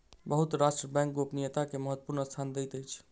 बहुत राष्ट्र बैंक गोपनीयता के महत्वपूर्ण स्थान दैत अछि